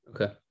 okay